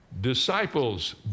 disciples